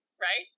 right